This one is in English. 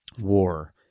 war